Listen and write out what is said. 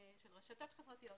של רשתות חברתיות,